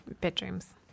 bedrooms